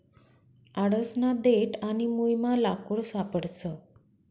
आडसना देठ आणि मुयमा लाकूड सापडस